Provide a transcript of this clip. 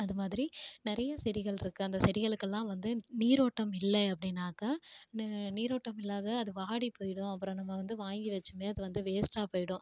அது மாதிரி நிறைய செடிகள் இருக்கு அந்த செடிகளுக்கெல்லாம் வந்து நீரோட்டம் இல்லை அப்படின்னாக்கா நி நீரோட்டம் இல்லாத அது வாடி போய்விடும் அப்புறோம் நம்ம வந்து வாங்கி வச்சுமே அது வந்து வேஸ்ட்டாக போய்விடும்